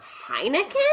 Heineken